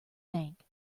bank